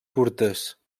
curtes